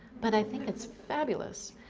but i think it's fabulous.